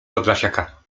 podlasiaka